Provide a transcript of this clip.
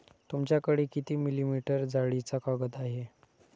तुमच्याकडे किती मिलीमीटर जाडीचा कागद आहे?